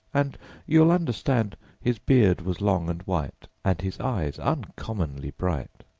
and you'll understand his beard was long and white and his eyes uncommonly bright.